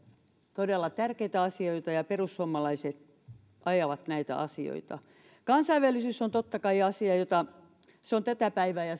todella tärkeitä asioita ja perussuomalaiset ajavat näitä asioita kansainvälisyys on totta kai asia joka on tätä päivää ja